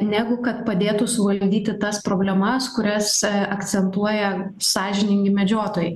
negu kad padėtų suvaldyti tas problemas kurias akcentuoja sąžiningi medžiotojai